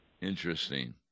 Interesting